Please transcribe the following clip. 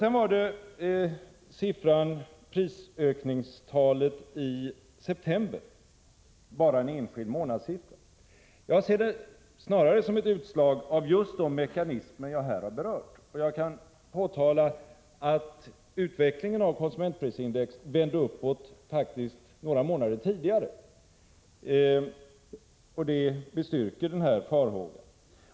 Sedan var det prisökningstalet i september, bara en enskild månadssiffra. Jag ser den snarare som ett utslag av just de mekanismer som jag här berört, och jag kan påtala att utvecklingen av konsumentprisindex faktiskt vände uppåt några månader tidigare, och det bestyrker farhågan.